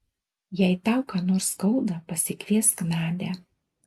jeigu tau ką nors skauda pasikviesk nadią